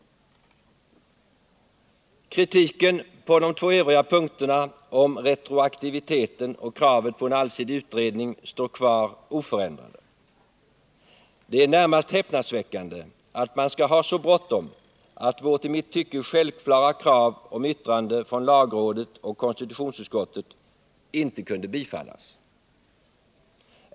Kritiken när det gäller de två övriga punkterna om retroaktiviteten och kravet på en allsidig utredning står kvar oförändrad. Det är närmast häpnadsväckande att man skall ha så bråttom att vårt i mitt tycke självklara krav om yttrande från lagrådet och konstitutionsutskottet inte kunde bifallas.